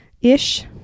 ish